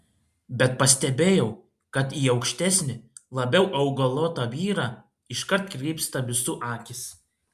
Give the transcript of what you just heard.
bet pastebėjau kad į aukštesnį labiau augalotą vyrą iškart krypsta visų akys